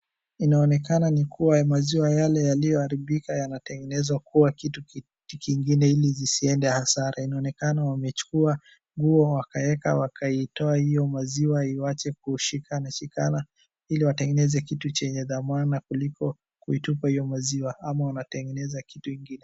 Inaonekana ni kuwa ya maziwa yale yalioharibika yanatengenezwa kuwa kitu kingine ili zisiende hasara. Inaonekana wamechukua nguo wakaeka wakaitoa hio maziwa iwache kushikana shikana, ili watengeneze kitu chenye dhamana kuliko kuitupa hio maziwa, ama wanatengeneza kitu ingine.